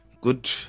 Good